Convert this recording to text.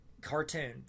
cartoon